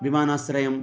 विमानाश्रयः